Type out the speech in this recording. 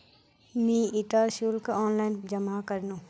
मी इटा शुल्क ऑनलाइन जमा करनु